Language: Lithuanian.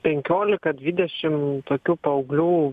penkiolika dvidešim tokių paauglių